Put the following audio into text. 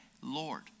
Lord